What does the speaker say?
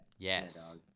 Yes